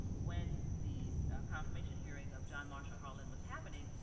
when the confirmation hearing of john marshall harlan was happening,